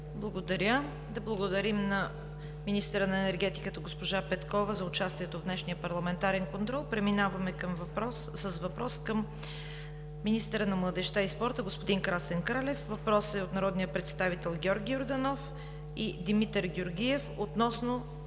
Благодаря. Да благодарим на министъра на енергетиката госпожа Петкова за участието й в днешния парламентарен контрол. Преминаваме с въпрос към министъра на младежта и спорта господин Красен Кралев. Въпросът е от народните представители Георги Йорданов и Димитър Георгиев относно